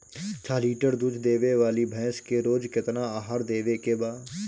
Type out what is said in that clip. छह लीटर दूध देवे वाली भैंस के रोज केतना आहार देवे के बा?